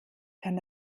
kann